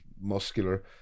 muscular